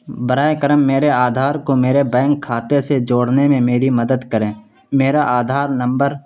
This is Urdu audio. برائے کرم میرے آدھار کو میرے بینک کھاتے سے جوڑنے میں میری مدد کریں میرا آدھار نمبر